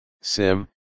sim